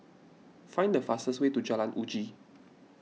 find the fastest way to Jalan Uji